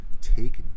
take